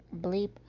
bleep